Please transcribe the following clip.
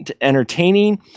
entertaining